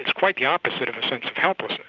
quite the opposite of a sense of helplessness,